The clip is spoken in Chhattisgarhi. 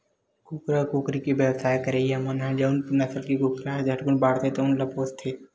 कुकरा, कुकरी के बेवसाय करइया मन ह जउन नसल के कुकरा ह झटकुन बाड़थे तउन ल पोसथे